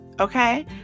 Okay